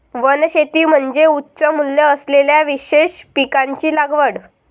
वनशेती म्हणजे उच्च मूल्य असलेल्या विशेष पिकांची लागवड